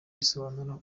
risobanura